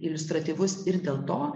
iliustratyvus ir dėl to